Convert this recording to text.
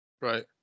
right